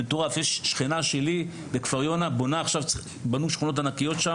אצל השכנה שלי בכפר יונה בנו שכונות ענקיות,